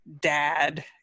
dad